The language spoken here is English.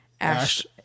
Ash